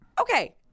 Okay